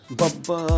baba